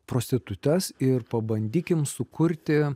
prostitutes ir pabandykim sukurti